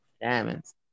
diamonds